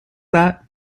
that